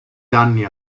danni